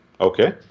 Okay